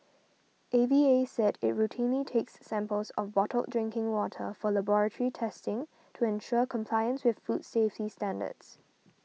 A V A said it routinely takes samples of bottled drinking water for laboratory testing to ensure compliance with food safety standards